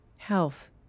health